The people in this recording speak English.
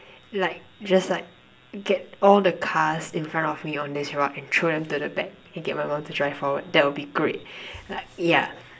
like just like get all the cars in front of me on this rod and throw them to the back and get my mum to drive forward that would be great like yeah